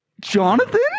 Jonathan